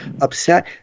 upset